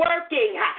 working